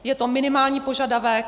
Je to minimální požadavek.